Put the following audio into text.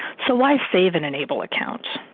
so, why safe in an able account?